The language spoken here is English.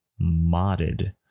modded